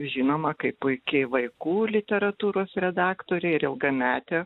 žinoma kaip puiki vaikų literatūros redaktorė ir ilgametė